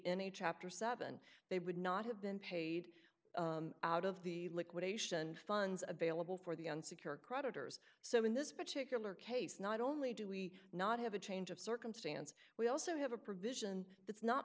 a chapter seven they would not have been paid out of the liquidation funds available for the unsecured creditors so in this particular case not only do we not have a change of circumstance we also have a provision that's not